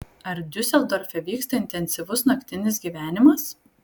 ar diuseldorfe vyksta intensyvus naktinis gyvenimas